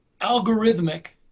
algorithmic